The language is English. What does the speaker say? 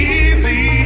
easy